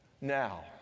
Now